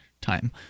time